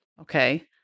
okay